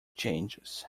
changes